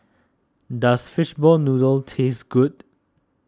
does Fishball Noodle taste good